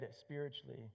spiritually